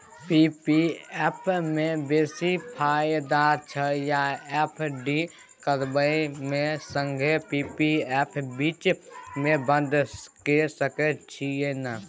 P P F म बेसी फायदा छै या एफ.डी करबै म संगे पी.पी एफ बीच म बन्द के सके छियै न?